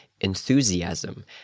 enthusiasm